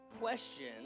question